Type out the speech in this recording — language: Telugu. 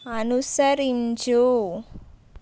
అనుసరించు